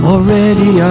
Already